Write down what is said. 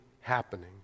happening